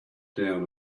down